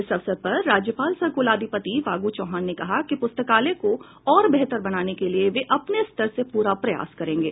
इस अवसर पर राज्यपाल सह कुलाधिपति फागु चौहान ने कहा कि पुस्तकालय को और बेहतर बनाने के लिए वे अपने स्तर से पूरा प्रयास करेंगे